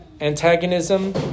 antagonism